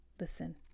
listen